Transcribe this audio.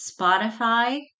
Spotify